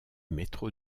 métro